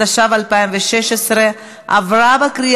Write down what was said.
התשע"ו 2016. מי בעד?